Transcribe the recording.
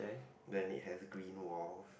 then it has green walls